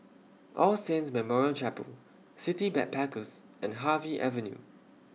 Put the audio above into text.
All Saints Memorial Chapel City Backpackers and Harvey Avenue